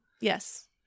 yes